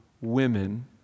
women